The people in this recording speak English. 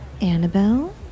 Annabelle